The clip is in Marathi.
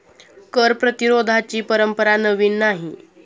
कर प्रतिरोधाची परंपरा नवी नाही